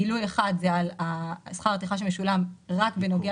גילוי אחד זה על שכר טרחה שמשולם רק בנוגע